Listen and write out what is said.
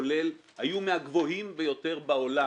כולל, היו מהגבוהים ביותר בעולם.